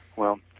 well,